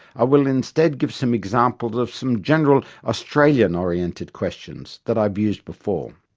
i will instead give some examples of some general australian-oriented questions that i have used before.